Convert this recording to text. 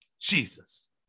Jesus